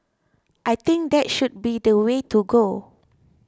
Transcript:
I think that should be the way to go